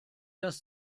das